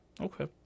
Okay